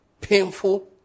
painful